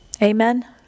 Amen